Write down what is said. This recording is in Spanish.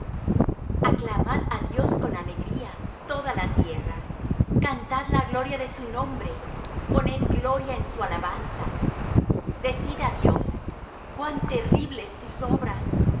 aclamad á dios con alegría toda la tierra cantad la gloria de su nombre poned gloria en su alabanza decid á dios cuán terribles tus obras